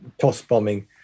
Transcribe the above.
toss-bombing